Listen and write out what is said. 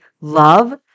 love